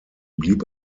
blieb